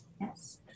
Yes